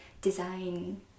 design